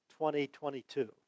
2022